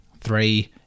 three